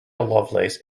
lovelace